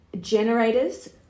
generators